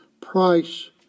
price